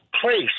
place